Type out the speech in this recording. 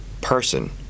person